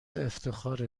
افتخاره